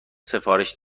سفارش